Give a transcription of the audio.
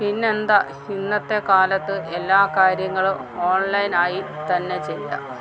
പിന്നെന്താ ഇന്നത്തെക്കാലത്ത് എല്ലാ കാര്യങ്ങളും ഓൺലൈനായിത്തന്നെ ചെയ്യാം